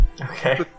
okay